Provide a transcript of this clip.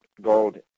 gold